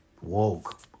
Woke